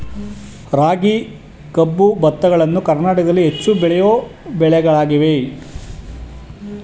ರಾಗಿ, ಕಬ್ಬು, ಭತ್ತಗಳನ್ನು ಕರ್ನಾಟಕದಲ್ಲಿ ಹೆಚ್ಚು ಬೆಳೆಯೋ ಬೆಳೆಗಳಾಗಿವೆ